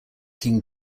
king